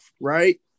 right